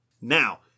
Now